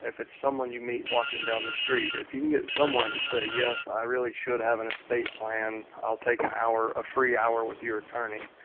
it's someone you meet walking down the street, if you can get someone to say yes, i really should have an estate plan. i'll take an hour a free hour with your attorney.